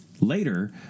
Later